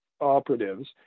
operatives